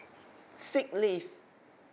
sick leave